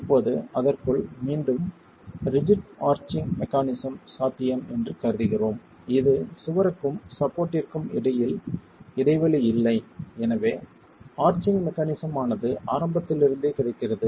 இப்போது அதற்குள் மீண்டும் ரிஜிட் ஆர்ச்சிங் மெக்கானிசம் சாத்தியம் என்று கருதுகிறோம் இது சுவருக்கும் சப்போர்ட்ற்கும் இடையில் இடைவெளி இல்லை எனவே ஆர்ச்சிங் மெக்கானிசம் ஆனது ஆரம்பத்திலிருந்தே கிடைக்கிறது